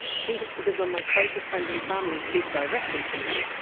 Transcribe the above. i think it's because when my closest friends and family speak directly to me,